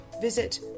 visit